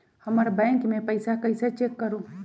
हमर बैंक में पईसा कईसे चेक करु?